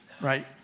right